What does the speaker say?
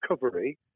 recovery